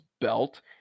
belt